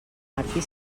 martí